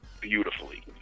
beautifully